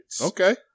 Okay